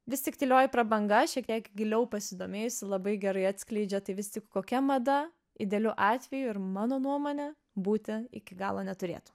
vis tik tylioji prabanga šiek tiek giliau pasidomėjusi labai gerai atskleidžia tai vis tik kokia mada idealiu atveju ir mano nuomone būti iki galo neturėtų